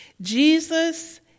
Jesus